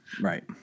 Right